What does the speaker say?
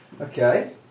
Okay